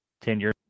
tenure